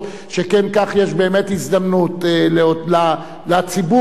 שכן כך יש באמת הזדמנות לציבור לשאול